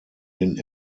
den